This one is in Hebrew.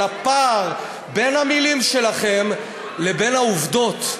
אבל הפער בין המילים שלכם לבין העובדות,